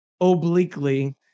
obliquely